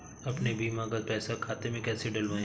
अपने बीमा का पैसा खाते में कैसे डलवाए?